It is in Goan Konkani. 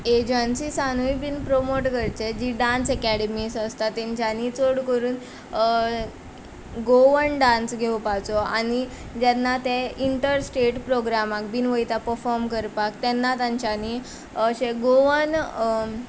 एजंसीसानूय बीन प्रमोट करचें जी डांस अकाडेमीस आसता तेंच्यांनी चड करून गोवन डांस घेवपाचो आनी जेन्ना ते इंटर स्टेट प्रोग्रामाक बीन वयता पफोम करपाक तेन्ना तेंच्यांनी अशें गोवन